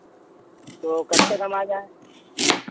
तो कब तक हम आ जाएँ